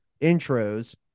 intros